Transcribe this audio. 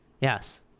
Yes